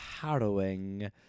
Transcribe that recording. harrowing